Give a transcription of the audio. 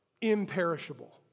Imperishable